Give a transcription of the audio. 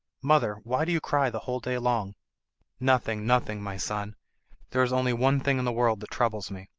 mother, why do you cry the whole day long nothing, nothing, my son there is only one thing in the world that troubles me